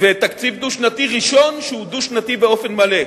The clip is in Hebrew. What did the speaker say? ותקציב דו-שנתי ראשון שהוא דו-שנתי באופן מלא.